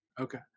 Okay